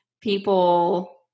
people